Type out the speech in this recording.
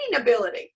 ability